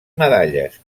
medalles